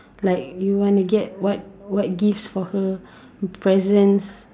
like you want to get what what gifts for her presents